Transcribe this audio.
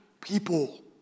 people